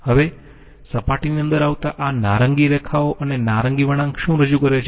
હવે સપાટીની અંદર આવતા આ નારંગી રેખાઓ અને નારંગી વળાંક શું રજૂ કરે છે